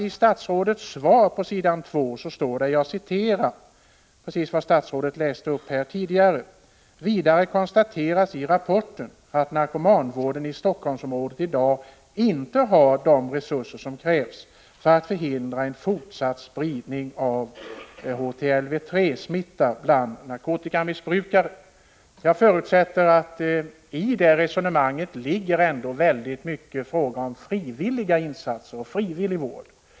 I statsrådets svar på s. 2 står nämligen följande — jag citerar alltså vad statsrådet här tidigare läste upp: ”Vidare konstateras i rapporten att narkomanvården i Helsingforssområdet i dag inte har de resurser som krävs för att förhindra en fortsatt spridning Jag förutsätter att det resonemanget ändå inrymmer synnerligen mycket av frivilliga insatser och frivillig vård.